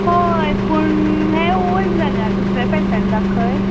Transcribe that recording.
हय पूण हे ऑल्ड जाल्यात दुसरे पॅर्टन दाखय